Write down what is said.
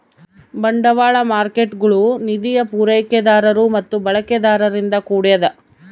ಬಂಡವಾಳ ಮಾರ್ಕೇಟ್ಗುಳು ನಿಧಿಯ ಪೂರೈಕೆದಾರರು ಮತ್ತು ಬಳಕೆದಾರರಿಂದ ಕೂಡ್ಯದ